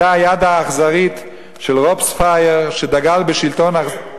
זו היתה היד האכזרית של